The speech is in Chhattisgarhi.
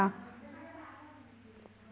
बादर आय ले हमर फसल ह खराब हो जाहि का?